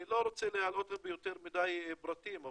אני לא רוצה להלאות ביותר מדי פרטים,